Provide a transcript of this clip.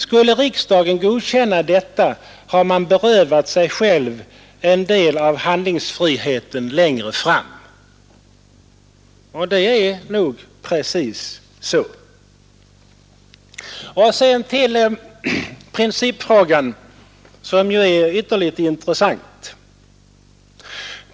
Skulle riksdagen godkänna detta, har man berövat sig själv en del av handlingsfriheten längre fram.” Det är nog precis så. Sedan till principfrågan, som ju är ytterligt intressant.